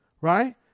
right